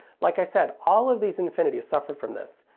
like i said, all of these infinitys suffered from this,